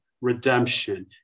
redemption